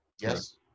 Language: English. Yes